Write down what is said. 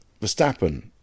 Verstappen